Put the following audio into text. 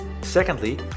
Secondly